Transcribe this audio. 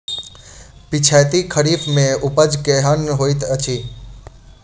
पिछैती खरीफ मे उपज केहन होइत अछि?